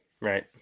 right